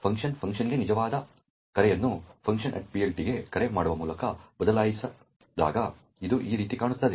ಆದ್ದರಿಂದ ಫಂಕ್ಷನ್ ಫಂಕ್ಗೆ ನಿಜವಾದ ಕರೆಯನ್ನು funcPLT ಗೆ ಕರೆ ಮಾಡುವ ಮೂಲಕ ಬದಲಾಯಿಸಿದಾಗ ಇದು ಈ ರೀತಿ ಕಾಣುತ್ತದೆ